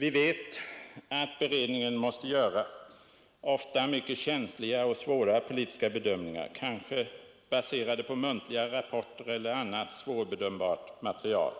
Vi vet att beredningen måste göra ofta mycket känsliga och svåra politiska bedömningar, kanske baserade på muntliga rapporter eller annat svårbedömbart material.